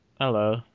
Hello